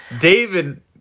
David